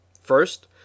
First